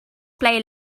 play